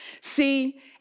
See